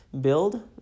build